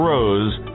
Rose